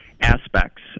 aspects